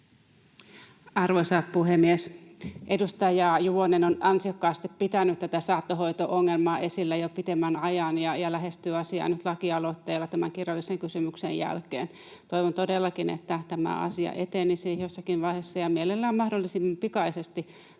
Arvoisa puhemies! Edustaja Juvonen on ansiokkaasti pitänyt tätä saattohoito-ongelmaa esillä jo pitemmän ajan ja lähestyy asiaa nyt lakialoitteella kirjallisen kysymyksen jälkeen. Toivon todellakin, että tämä asia etenisi jossakin vaiheessa ja mielellään mahdollisimman pikaisesti.